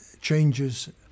changes